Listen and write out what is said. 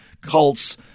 cults